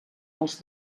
els